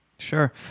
Sure